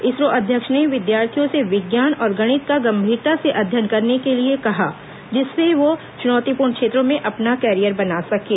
इसरो अध्यक्ष ने विद्यार्थियों से विज्ञान और गणित का गम्भीरता से अध्ययन करने के लिए कहा जिससे वो चुनौतीपूर्ण क्षेत्रों में अपना कैरियर बना सकें